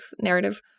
narrative